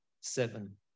seven